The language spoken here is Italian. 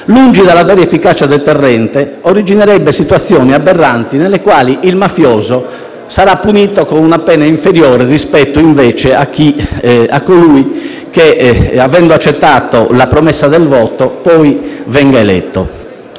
lungi dall'avere efficacia deterrente, originerebbe situazioni aberranti nelle quali il mafioso sarà punito con una pena inferiore rispetto, invece, a colui che, avendo accettato la promessa del voto, poi venga eletto.